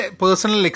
personal